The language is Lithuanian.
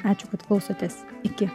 ačiū kad klausotės iki